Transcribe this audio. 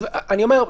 אני אומר,